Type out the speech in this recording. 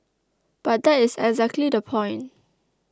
but that is exactly the point